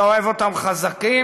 אתה אוהב אותם חזקים,